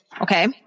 Okay